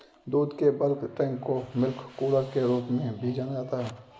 दूध के bulk tank को मिल्क कूलर के रूप में भी जाना जाता है